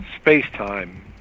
space-time